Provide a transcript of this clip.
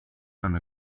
and